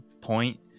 point